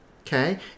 Okay